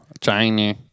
China